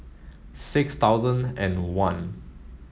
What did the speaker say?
six thousand and one